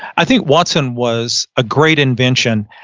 i think watson was a great invention.